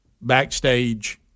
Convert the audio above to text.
backstage